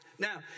Now